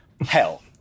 Hell